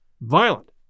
violent